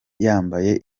yambaye